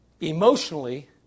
emotionally